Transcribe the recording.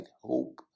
hope